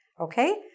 Okay